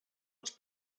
els